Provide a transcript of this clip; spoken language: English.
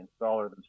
installer